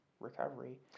recovery